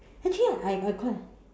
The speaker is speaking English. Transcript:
actually right I I quite